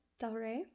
Delray